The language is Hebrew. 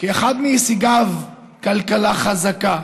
כאחד מהישגיו, כלכלה חזקה.